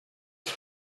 has